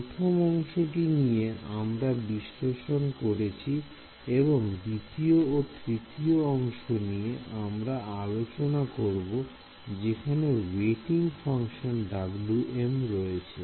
প্রথম অংশটা নিয়ে আমরা বিশ্লেষণ করেছি এবং দ্বিতীয় ও তৃতীয় অংশ নিয়ে আমরা আলোচনা করব যেখানে ওয়েটিং ফাংশন Wm রয়েছে